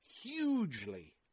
hugely